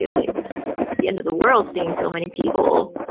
feels like the end of the world seeing so many people